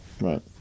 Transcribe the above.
right